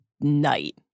night